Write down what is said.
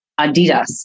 Adidas